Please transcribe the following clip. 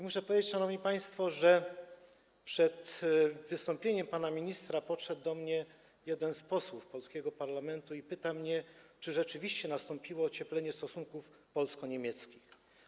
Muszę powiedzieć, szanowni państwo, że przed wystąpieniem pana ministra podszedł do mnie jeden z posłów polskiego parlamentu i spytał mnie, czy rzeczywiście nastąpiło ocieplenie stosunków polsko-niemieckich.